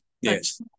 yes